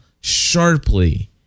sharply